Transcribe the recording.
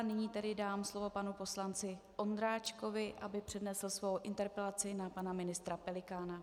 Nyní tedy dám slovo panu poslanci Ondráčkovi, aby přednesl svou interpelaci na pana ministra Pelikána.